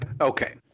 Okay